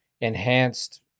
enhanced